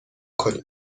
کنید